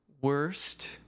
Worst